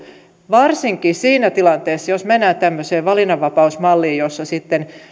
varsinkin siinä tilanteessa jos mennään tämmöiseen valinnanvapausmalliin jossa sitten